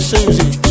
Susie